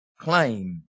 claim